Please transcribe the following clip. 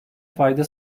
fayda